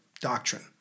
doctrine